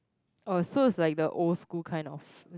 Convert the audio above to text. oh so it's like the old school kind of